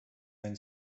then